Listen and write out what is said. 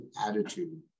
attitude